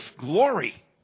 glory